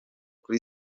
kuri